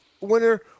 winner